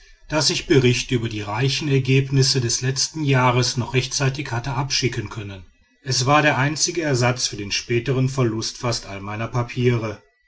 daß ich berichte über die reichen ergebnisse des letzten jahres noch rechtzeitig hatte abschicken können es war der einzige ersatz für den spätern verlust fast aller meiner papiere